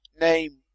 name